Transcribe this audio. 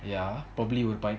ya probably would bite